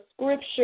scripture